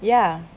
ya